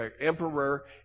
emperor